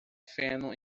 feno